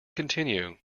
continue